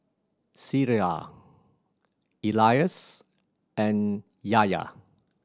Syirah Elyas and Yahya